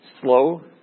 slow